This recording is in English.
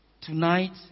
Tonight